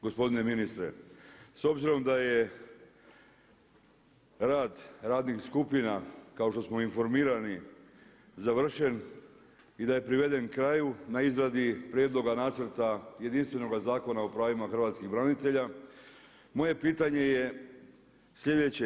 Gospodine ministre, s obzirom da je rad radnih skupina kao što smo informirani završen i da je priveden kraju na izradi prijedloga nacrta jedinstvenoga zakona o pravima hrvatskih branitelja moje pitanje je sljedeće.